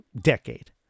decade